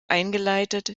eingeleitet